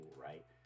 right